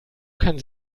kann